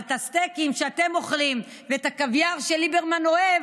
אבל את הסטייקים שאתם אוכלים ואת הקוויאר שליברמן אוהב,